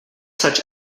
such